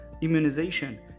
immunization